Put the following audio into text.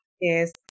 Yes